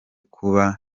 kuba